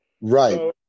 Right